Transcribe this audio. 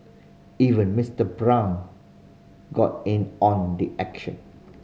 even Mister Brown got in on the action